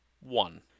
one